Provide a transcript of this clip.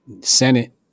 Senate